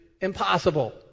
impossible